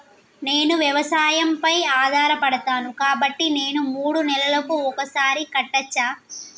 నేను వ్యవసాయం పై ఆధారపడతాను కాబట్టి నేను మూడు నెలలకు ఒక్కసారి కట్టచ్చా?